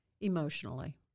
emotionally